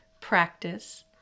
Practice